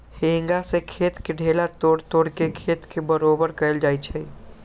हेंगा से खेत के ढेला तोड़ तोड़ के खेत के बरोबर कएल जाए छै